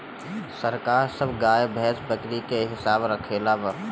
सरकार सब गाय, भैंस, बकरी के हिसाब रक्खले बा